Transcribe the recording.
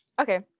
Okay